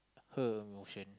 her emotion